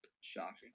Shocking